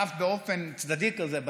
אף שבאופן צדדי כזה,